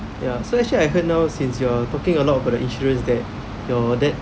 ya so actually I heard now since you are talking a lot about the insurance that your dad